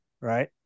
right